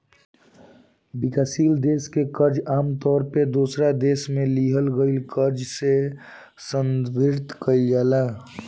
विकासशील देश के कर्जा आमतौर पर दोसरा देश से लिहल गईल कर्जा से संदर्भित कईल जाला